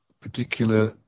particular